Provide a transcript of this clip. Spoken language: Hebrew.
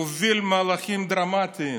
הוא הוביל מהלכים דרמטיים